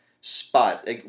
spot